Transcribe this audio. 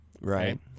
right